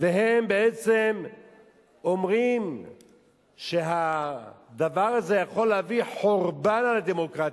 והם בעצם אומרים שהדבר הזה יכול להביא חורבן על הדמוקרטיה,